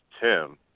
Tim